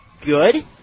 good